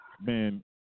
Man